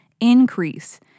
increase